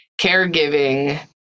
caregiving